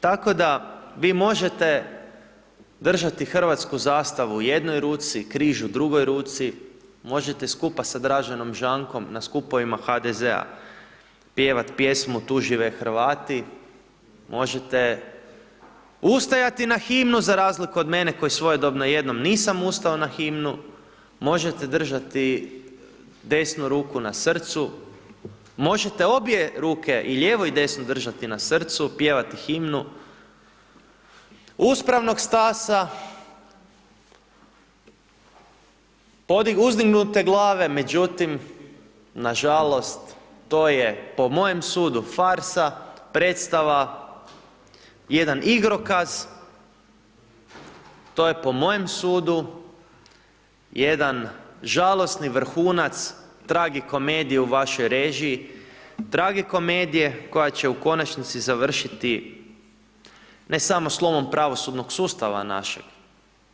Tako da, vi možete držati hrvatsku zastavu u jednoj ruci, križ u drugoj ruci, možete skupa sa Draženom Žankom na skupovima HDZ-a pjevat pjesmu Tu žive Hrvati, možete ustajati na himnu za razliku od mene koji svojedobno jednom nisam ustao na himnu, možete držati desnu ruku na srcu, možete obje ruke, i lijevu, i desnu držati na srcu, pjevati himnu, uspravnog stasa, uzdignute glave, međutim, nažalost, to je po mojem sudu farsa, predstava, jedan igrokaz, to je po mojem sudu jedan žalosni vrhunac tragikomedije u vašoj režiji, tragikomedije koja će u konačnici završiti, ne samo slomom pravosudnog sustava našeg,